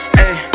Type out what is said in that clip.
Hey